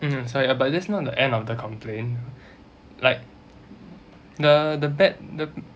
mmhmm so ya but this is not the end of the complaint like the the bad the